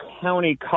County